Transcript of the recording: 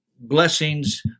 blessings